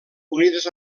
unides